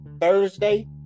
Thursday